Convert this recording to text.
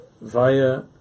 via